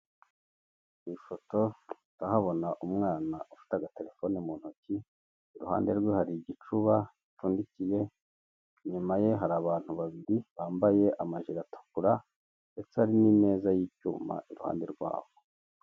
Ku ifoto ndahabona umwana ufita agatelefone mu ntoki, iruhande rwe hari igicuba gipfundikiye, inyuma ye hari abantu babiri bambaye amajire atukura ndetse hari n'imeza y'icyuma iruhande rwabo.